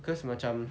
because macam